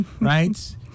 right